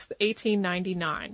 1899